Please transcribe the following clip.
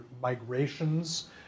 Migrations